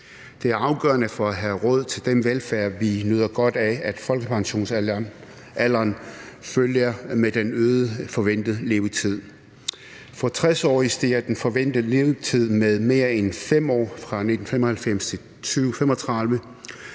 Det er afgørende for at have råd til den velfærd, vi nyder godt af, at folkepensionsalderen følger med den øgede forventede levetid. For 60-årige stiger den forventede levetid med mere end 5 år fra 1995 til 2035, og